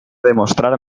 demostrar